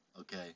Okay